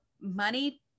money